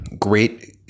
great